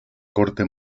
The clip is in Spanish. corte